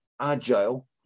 agile